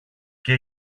και